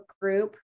group